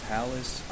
Palace